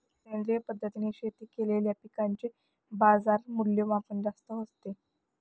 सेंद्रिय पद्धतीने शेती केलेल्या पिकांचे बाजारमूल्य जास्त असते